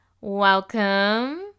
Welcome